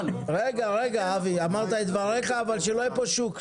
רגע אמרת את דבריך אבל שלא יהיה פה שוק,